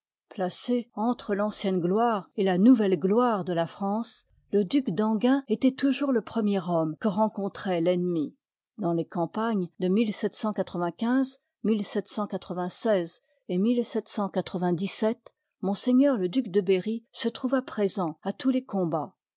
place entre tancienne gloire et la nouvelle gloire de la france le duc d'enghien étoit toujours le j remier homme que rencontroit ivnncmi dans les campagnes de et m le duc de berry se trouva présent à tous les combats